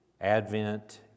Advent